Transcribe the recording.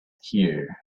here